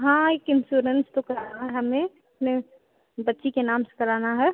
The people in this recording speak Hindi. हाँ एक इंस्योरेंस तो कराना है हमें अपने बच्ची के नाम से कराना है